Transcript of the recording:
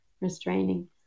restraining